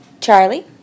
Charlie